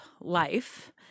life